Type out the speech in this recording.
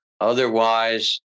Otherwise